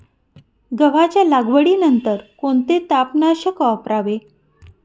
गव्हाच्या लागवडीनंतर कोणते तणनाशक वापरावे?